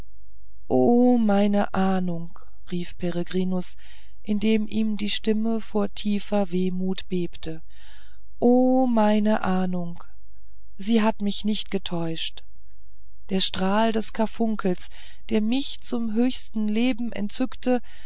o meine ahnung rief peregrinus indem ihm die stimme vor tiefer wehmut bebte o meine ahnung sie hat mich nicht getäuscht der strahl des karfunkels der mich zum höchsten leben entzündete